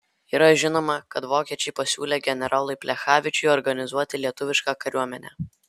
yra žinoma kad vokiečiai pasiūlę generolui plechavičiui organizuoti lietuvišką kariuomenę